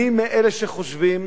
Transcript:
אני מאלה שחושבים,